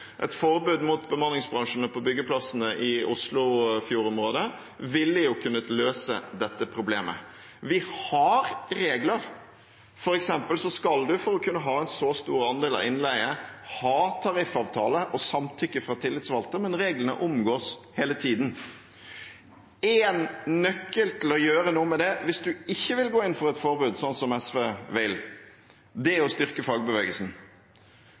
Et forbud mot bemanningsbransjene på byggeplassene i Oslofjord-området ville kunnet løse dette problemet. Vi har regler. For eksempel skal man, for å kunne ha en så stor andel av innleie, ha tariffavtale og samtykke fra tillitsvalgte, men reglene omgås hele tiden. Én nøkkel til å gjøre noe med det, hvis man ikke vil gå inn for et forbud, som SV vil, er å styrke fagbevegelsen.